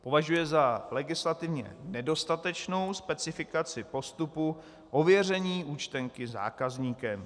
Považuje za legislativně nedostatečnou specifikaci postupu ověření účtenky zákazníkem.